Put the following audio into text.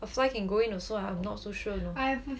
the fly can go in also I'm not so sure you know